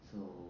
so